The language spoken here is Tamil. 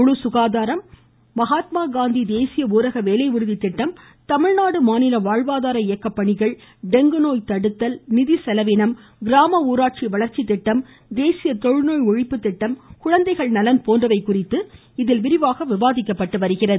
முழு சுகாதாரம் மகாத்மா காந்தி தேசிய ஊரக வேலை உறுதி திட்டம் தமிழ்நாடு மாநில வாழ்வதார இயக்க பணிகள் டெங்குநோய் தடுத்தல் நிதி செலவினம் கிராம ஊராட்சி வளர்ச்சி திட்டம் தேசிய தொழுநோய் ஒழிப்பு திட்டம் குழந்தைகள் நலன் போன்றவை குறித்து விரிவாக விவாதிக்கப்பட்டு வருகின்றன